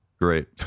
great